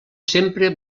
sempre